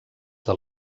del